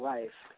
Life